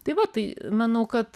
tai va tai manau kad